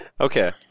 Okay